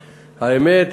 האמת,